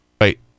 wait